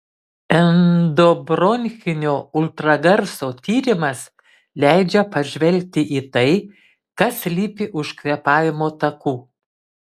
endobronchinio ultragarso tyrimas leidžia pažvelgti į tai kas slypi už kvėpavimo takų